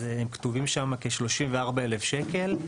והן כתובות שם כ-34,000 שקל.